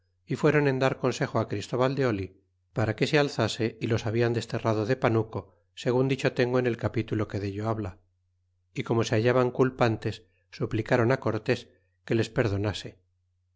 y fueron en lar consejo christóbal de oli para que se alzase y los hablan desterrado de panuco segun dicho tengo en el capitulo que dello habla y como se hallaban culpantes suplicáron cortés que les perdonase